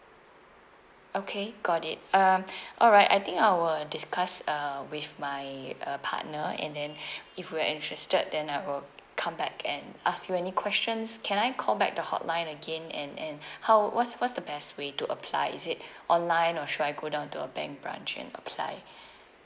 okay got it um alright I think I will discuss uh with my uh partner and then if we are interested then I will come back and ask you any questions can I call back the hotline again and and how what's what's the best way to apply is it online or should I go down to a bank branch and apply